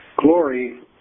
Glory